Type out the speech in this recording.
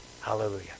Hallelujah